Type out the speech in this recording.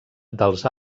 dels